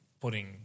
putting